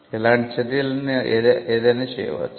ఇలాంటి చర్యలను ఏదైనా చేయ వచ్చు